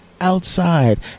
outside